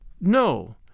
No